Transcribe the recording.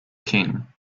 king